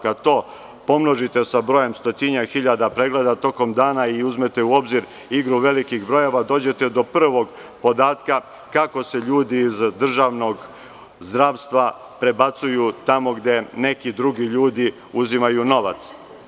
Kada pomnožite sa 100 hiljada pregleda tokom dana i uzmete u obzir igru velikih brojeva, dođete do prvog podatka kako se ljudi iz državnog zdravstva prebacuju tamo gde neki drugi ljudi uzimaju novac.